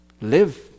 Live